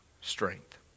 strength